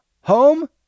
Home